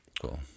Cool